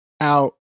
out